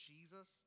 Jesus